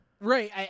Right